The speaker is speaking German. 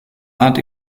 art